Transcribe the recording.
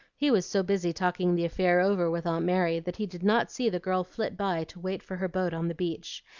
he was so busy talking the affair over with aunt mary that he did not see the girl flit by to wait for her boat on the beach,